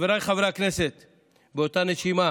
משהו,